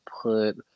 put